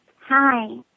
Hi